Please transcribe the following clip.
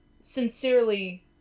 sincerely